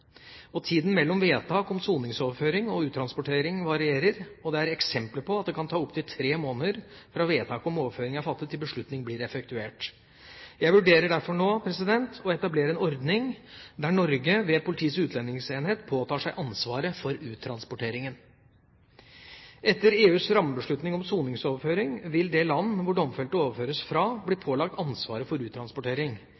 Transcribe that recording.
mellom vedtak om soningsoverføring og uttransportering varierer, og det er eksempler på at det kan ta opptil tre måneder fra vedtak om overføring er fattet, til beslutning blir effektuert. Jeg vurderer derfor nå å etablere en ordning der Norge ved Politiets utlendingsenhet påtar seg ansvaret for uttransporteringen. Etter EUs rammebeslutning om soningsoverføring vil det land hvor domfelte overføres fra,